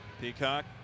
Peacock